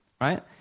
right